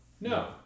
No